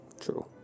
True